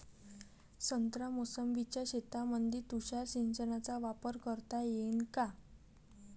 संत्रा मोसंबीच्या शेतामंदी तुषार सिंचनचा वापर करता येईन का?